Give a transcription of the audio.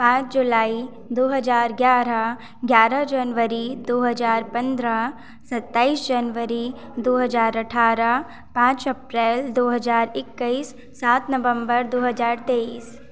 पाँच जुलाई दो हज़ार ग्यारह ग्यारह जनवरी दो हज़ार पंद्रह सत्ताईस जनवरी दो हज़ार अठारह पाँच अप्रैल दो हज़ार इक्कीस सात नवम्बर दो हज़ार तेईस